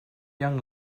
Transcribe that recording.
young